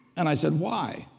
and i said, why?